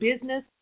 business